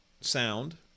sound